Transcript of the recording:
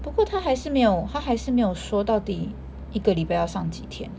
不过他还是没有他还是没有说到底一个礼拜要上几天